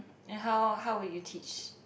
and how how would you teach